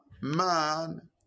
man